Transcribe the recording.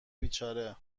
بیچاره